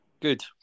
Good